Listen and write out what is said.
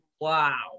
wow